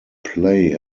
play